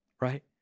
right